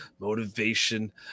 motivation